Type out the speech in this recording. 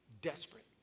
desperate